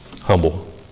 humble